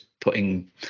putting